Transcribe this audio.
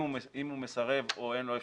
אם הוא מסרב או שאין לו אפשרות,